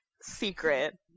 secret